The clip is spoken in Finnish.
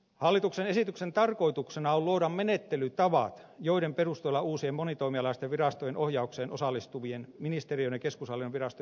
hallituksen esityksen tarkoituksena on luoda menettelytavat joiden perusteella uusien monitoimialaisten virastojen ohjaukseen osallistuvien ministeriöiden ja keskushallinnon virastojen yhteistyö järjestetään